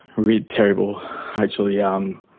really terrible actually, um